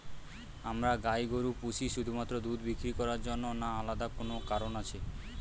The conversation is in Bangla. আমরা গাই গরু পুষি শুধুমাত্র দুধ বিক্রি করার জন্য না আলাদা কোনো কারণ আছে?